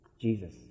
Jesus